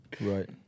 Right